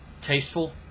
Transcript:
tasteful